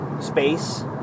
space